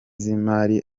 z’imari